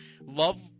love